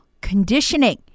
conditioning